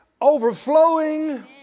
overflowing